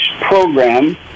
program